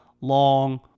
long